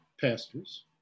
pastors